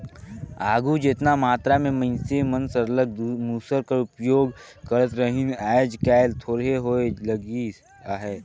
आघु जेतना मातरा में मइनसे मन सरलग मूसर कर उपियोग करत रहिन आएज काएल थोरहें होए लगिस अहे